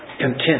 content